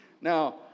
Now